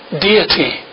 deity